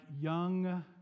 young